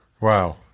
Wow